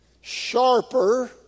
sharper